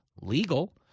legal